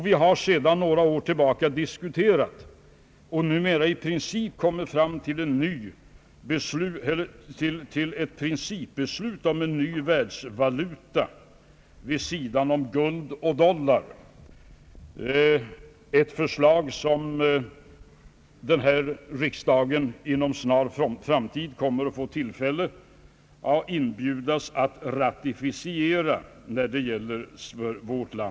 Vi har sedan några år tillbaka diskuterat och numera kommit fram till ett principbeslut om en ny världsvaluta vid sidan av guld och dollar, ett förslag som riksdagen inom en snar framtid kommer att inbjudas att ratificera för vårt lands räkning.